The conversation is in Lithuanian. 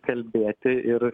kalbėti ir